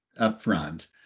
upfront